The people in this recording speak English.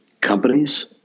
companies